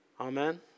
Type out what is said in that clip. Amen